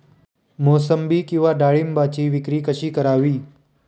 मोसंबी किंवा डाळिंबाची विक्री कशी करावी?